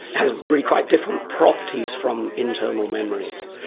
has really quite different properties from, internal memories.